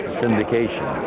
syndication